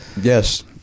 Yes